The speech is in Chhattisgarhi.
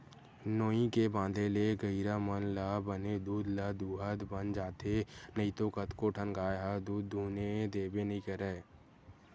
नोई के बांधे ले गहिरा मन ल बने दूद ल दूहूत बन जाथे नइते कतको ठन गाय ह दूद दूहने देबे नइ करय